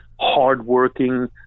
hardworking